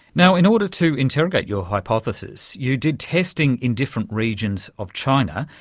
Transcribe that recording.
now, in order to interrogate your hypothesis you did testing in different regions of china.